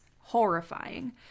horrifying